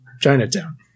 Chinatown